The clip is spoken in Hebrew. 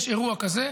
יש אירוע כזה,